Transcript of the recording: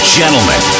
gentlemen